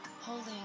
holding